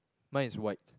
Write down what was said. mine is white